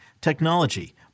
technology